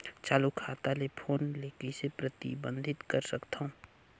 चालू खाता ले फोन ले कइसे प्रतिबंधित कर सकथव?